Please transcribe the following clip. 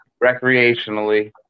recreationally